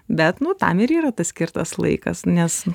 bet nu tam ir yra tas skirtas laikas nes